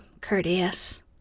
courteous